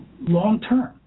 long-term